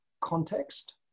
Context